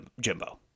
Jimbo